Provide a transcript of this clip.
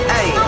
Hey